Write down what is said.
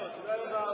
מי ממונה עליו?